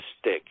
stick